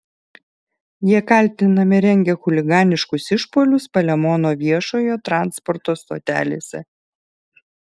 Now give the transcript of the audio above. jie kaltinami rengę chuliganiškus išpuolius palemono viešojo transporto stotelėse